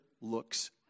looks